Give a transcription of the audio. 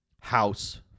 house